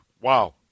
Wow